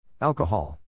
Alcohol